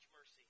mercy